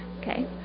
Okay